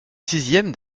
sixième